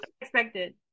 expected